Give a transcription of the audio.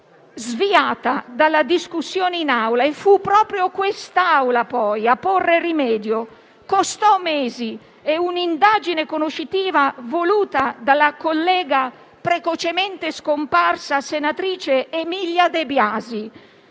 sviata dalla discussione in Aula e fu proprio questa Assemblea poi a porre rimedio. Costò mesi e un'indagine conoscitiva voluta dalla collega precocemente scomparsa senatrice Emilia De Biasi,